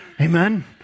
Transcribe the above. amen